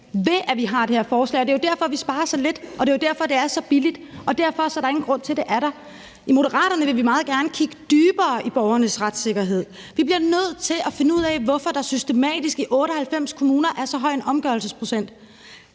ved at vi har det her forslag. Det er jo derfor, vi sparer så lidt, og det er derfor, det er så billigt. Derfor er der ingen grund til, at det er der. I Moderaterne vil vi meget gerne kigge dybere i borgernes retssikkerhed. Vi bliver nødt til at finde ud af, hvorfor der systematisk i 98 kommuner er så høj en omgørelsesprocent.